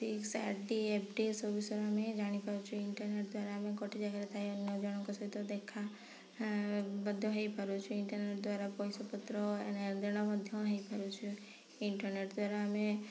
fix R D F D ଏସବୁ ବିଷୟରେ ଆମେ ଜାଣି ପାରୁଛୁ ଇଣ୍ଟରନେଟ୍ ଦ୍ଵାରା ଆମେ ଗୋଟେ ଜାଗାରେ ଥାଇ ଅନ୍ୟ ଜଣଙ୍କ ସହିତ ଦେଖା ମଧ୍ୟ ହୋଇପାରୁଛି ଇଣ୍ଟେରନେଟ୍ ଦ୍ଵାରା ପଇସା ପତ୍ର ଏଣ ଦେଣ ମଧ୍ୟ ହୋଇପାରୁଛି ଇଣ୍ଟରନେଟ୍ ଦ୍ଵାରା ଆମେ